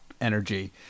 energy